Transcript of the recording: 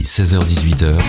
16h-18h